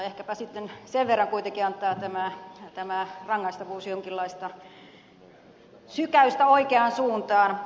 ehkäpä sitten sen verran kuitenkin antaa tämä rangaistavuus jonkinlaista sykäystä oikeaan suuntaan